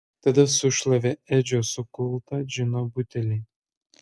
tada sušlavė edžio sukultą džino butelį